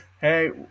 Hey